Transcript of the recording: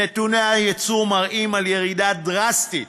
נתוני היצוא מראים ירידה דרסטית,